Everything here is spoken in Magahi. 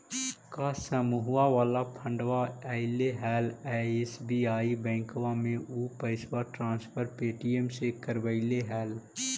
का समुहवा वाला फंडवा ऐले हल एस.बी.आई बैंकवा मे ऊ पैसवा ट्रांसफर पे.टी.एम से करवैलीऐ हल?